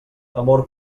amor